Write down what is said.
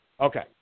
Okay